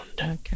Okay